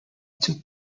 took